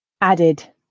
Added